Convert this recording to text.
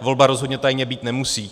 Volba rozhodně tajně být nemusí.